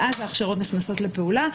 ואז ההכשרות נכנסות לפעולה.